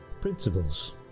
Principles